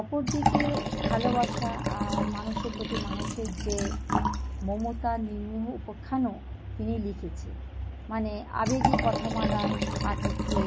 অপর দিকে ভালোবাসা আর মানুষের প্রতি মানুষের যে মমতা নি নিয়ে উপাখ্যানও তিনি লিখেছে মানে আবেগী কথামালায় পাঠককে